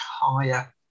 higher